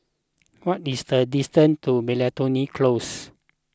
what is the distance to Miltonia Close